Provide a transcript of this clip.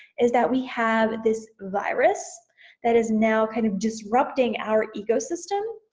is that we have this virus that is now kind of disrupting our ecosystem,